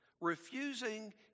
refusing